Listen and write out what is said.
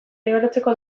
igarotzeko